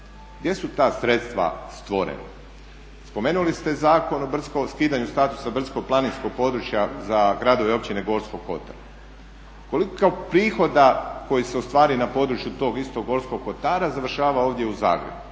Gdje su ta sredstva stvorena? Spomenuli ste o skidanju statusa brdsko-planinskog područja za gradove, općine Gorskog Kotara, koliko prihoda koji se ostvari na području tog istog Gorskog Kotara završava ovdje u Zagrebu